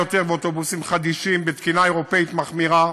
ואוטובוסים חדישים בתקינה אירופית מחמירה,